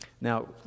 Now